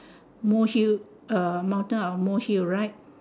molehill uh mountain out of molehill right